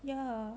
ya